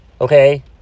Okay